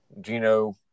Gino